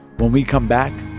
when we come back,